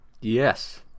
yes